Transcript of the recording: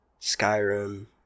Skyrim